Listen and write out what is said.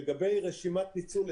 לגבי רשימת ניצול,